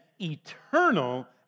eternal